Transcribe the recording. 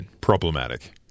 problematic